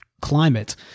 climate